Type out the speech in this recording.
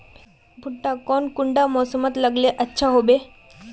भुट्टा कौन कुंडा मोसमोत लगले अच्छा होबे?